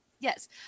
Yes